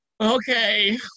okay